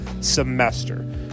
semester